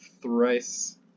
thrice